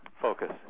focus